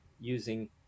using